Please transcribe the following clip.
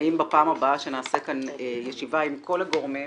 האם בפעם הבאה בה נעשה כאן ישיבה עם כל הגורמים,